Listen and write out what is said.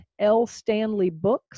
LStanleyBooks